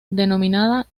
denominada